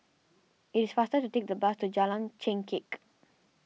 it's faster to take the bus to Jalan Chengkek